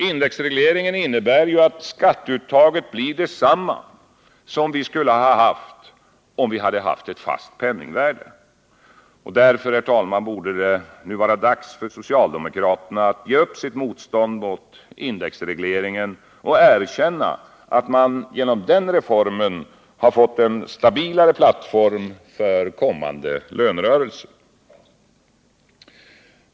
Indexregleringen innebär ju att skatteuttaget blir detsamma som om vi hade haft ett fast penningvärde. Därför, herr talman, borde det nu vara dags för socialdemokraterna att ge upp sitt motstånd mot indexregleringen och erkänna att man genom den reformen har fått en stabilare plattform för kommande lönerörelser.